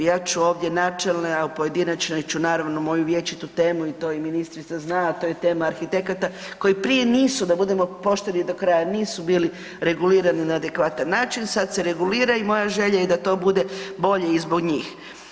Ja ću ovdje načelne, a u pojedinačnoj ću naravno moju vječitu temu, a to i ministrica zna, a to je tema arhitekata koji prije nisu da budemo pošteni do kraja, nisu bili regulirani na adekvatan način, sad se regulira i moja želja je da to bude bolje i zbog njih.